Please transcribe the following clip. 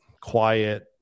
quiet